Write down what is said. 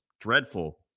dreadful